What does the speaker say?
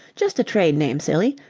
just a trade name, silly.